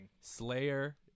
Slayer